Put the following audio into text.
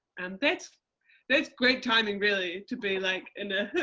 and that's that's great timing really to be like in a